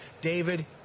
David